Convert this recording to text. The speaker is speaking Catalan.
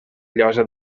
llosa